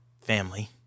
family